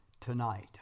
tonight